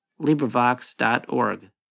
LibriVox.org